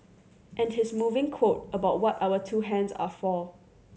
and his moving quote about what our two hands are for